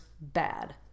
bad